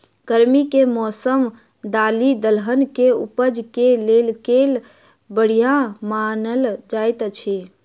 गर्मी केँ मौसम दालि दलहन केँ उपज केँ लेल केल बढ़िया मानल जाइत अछि?